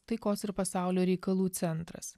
taikos ir pasaulio reikalų centras